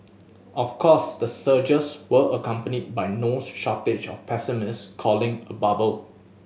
of course the surges were accompanied by no shortage of pessimist calling a bubble